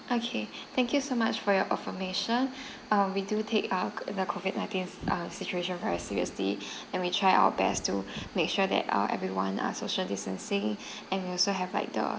okay thank you so much for your affirmation uh we do take up the COVID nineteen uh situation very seriously and we tried our best to make sure that uh everyone are social distancing and we also have like the